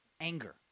anger